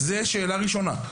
שאלה נוספת,